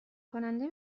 کننده